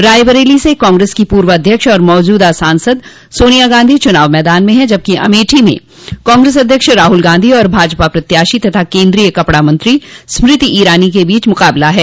रायबरेली से कांग्रेस की पूर्व अध्यक्ष और मौजूदा सांसद सोनिया गांधी चुनाव मैदान में हैं जबकि अमेठी में कांग्रेस अध्यक्ष राहुल गांधी और भाजपा प्रत्याशी तथा केन्द्रीय कपड़ा मंत्री स्मृति ईरानी के बीच मुकाबला है